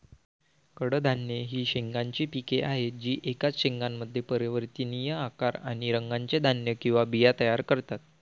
कडधान्ये ही शेंगांची पिके आहेत जी एकाच शेंगामध्ये परिवर्तनीय आकार आणि रंगाचे धान्य किंवा बिया तयार करतात